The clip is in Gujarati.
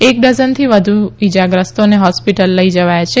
એક ડઝનથી વધુ ઇજાગ્રસ્તોને હોસ્પિટલ લઈ જવાયા છે